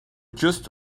just